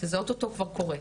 שזה אוטוטו כבר קורה,